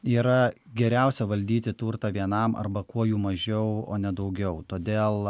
yra geriausia valdyti turtą vienam arba kuo jų mažiau o ne daugiau todėl